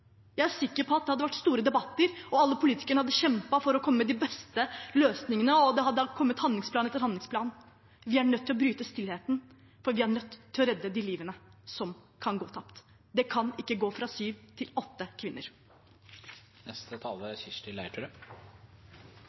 Jeg er sikker på at det hadde vært store debatter, alle politikerne hadde kjempet for å komme med de beste løsningene, og det hadde da kommet handlingsplan etter handlingsplan. Vi er nødt til å bryte stillheten, for vi er nødt til å redde de livene som kan gå tapt. Det kan ikke gå fra sju til åtte kvinner. Norge opplever en prekær mangel på lastebilsjåfører, og det er